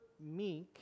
meek